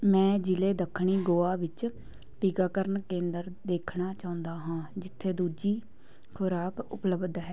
ਮੈਂ ਜ਼ਿਲ੍ਹੇ ਦੱਖਣੀ ਗੋਆ ਵਿੱਚ ਟੀਕਾਕਰਨ ਕੇਂਦਰ ਦੇਖਣਾ ਚਾਹੁੰਦਾ ਹਾਂ ਜਿੱਥੇ ਦੂਜੀ ਖੁਰਾਕ ਉਪਲਬਧ ਹੈ